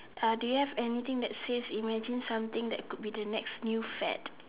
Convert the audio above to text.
uh do you have anything that says imagine something that could be the next new fad